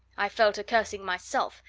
i fell to cursing myself,